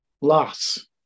Loss